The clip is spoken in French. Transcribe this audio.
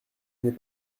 n’est